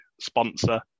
sponsor